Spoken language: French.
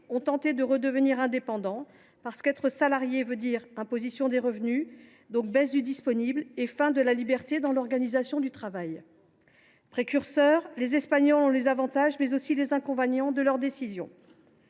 ont tenté de redevenir indépendants, déçus par le salariat qui entraîne une imposition des revenus, donc une baisse du net disponible, et la fin de la liberté dans l’organisation du travail. Précurseurs, les Espagnols ont connu les avantages, mais aussi les inconvénients de leurs décisions.